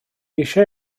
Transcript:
eisiau